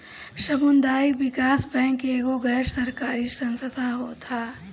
सामुदायिक विकास बैंक एगो गैर सरकारी संस्था होत हअ